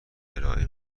ارائه